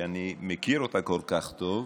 שאני מכיר אותה כל כך טוב,